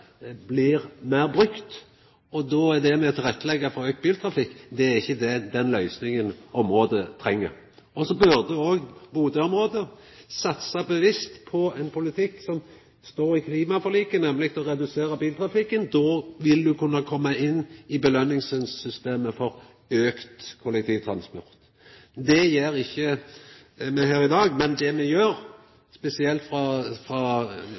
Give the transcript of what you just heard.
blir meir brukt. Då er det med på å tilretteleggja for auka biltrafikk, men er ikkje den løysinga området treng. Så burde òg Bodø-området satsa bevisst på ein politikk som står i klimaforliket, nemleg å redusera biltrafikken. Då vil ein kunna koma inn i belønningssystemet for auka kollektivtransport. Det gjer me ikkje her i dag. Men det me gjer, spesielt frå